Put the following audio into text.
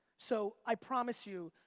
so i promise you,